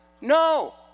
No